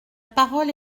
parole